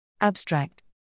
Abstract